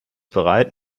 bereit